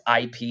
IP